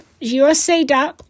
USA